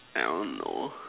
I don't know